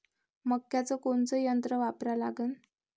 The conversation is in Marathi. मक्याचं कोनचं यंत्र वापरा लागन?